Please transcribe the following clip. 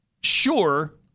sure